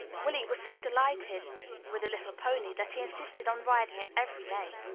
willie was so delighted with a little pony, that he insisted on riding it every day.